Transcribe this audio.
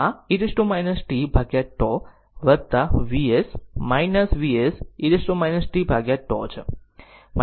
આ e t tτ Vs Vs e t tτ છે Vs e t t τ